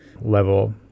level